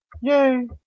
Yay